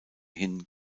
hin